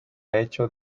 hecho